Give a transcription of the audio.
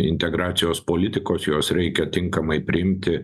integracijos politikos juos reikia tinkamai priimti